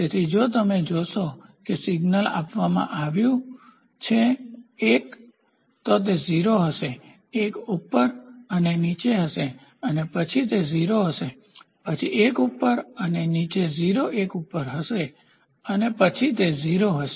તેથી જો તમે જોશો કે સિગ્નલ આપવામાં આવ્યું છે 1 તો તે 0 હશે 1 ઉપર અને નીચે હશે અને પછી તે 0 હશે પછી 1 ઉપર અને નીચે 0 1 ઉપર રહેશે અને પછી તે 0 હશે